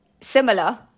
similar